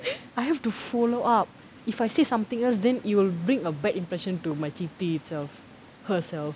I have to follow up if I say something else then it will bring a bad impression to my chithi itself herself